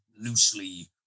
loosely